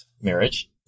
marriage